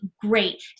great